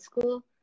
school